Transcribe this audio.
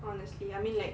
honestly I mean like